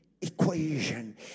equation